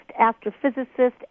astrophysicist